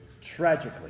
tragically